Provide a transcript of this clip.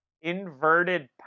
inverted